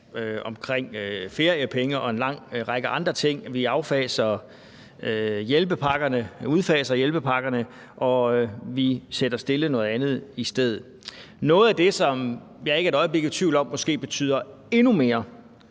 om feriepenge og en lang række andre ting. Vi udfaser hjælpepakkerne, og vi sætter stille noget andet i stedet. Noget af det, som jeg ikke et øjeblik er i tvivl om betyder rigtig meget